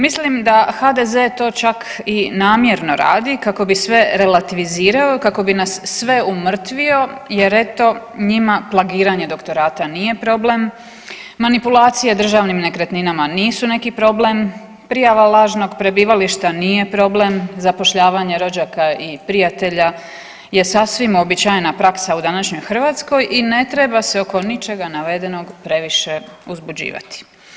Mislim da HDZ to čak i namjerno radi kako bi sve relativizirao, kako bi nas sve umrtvio jer eto njima plagiranje doktorata nije problem, manipulacije državnim nekretninama nisu neki problem, prijava lažnog prebivališta nije problem, zapošljavanje rođaka i prijatelja je sasvim uobičajena praksa u današnjoj Hrvatskoj i ne treba se oko ničega navedenog previše uzbuđivati.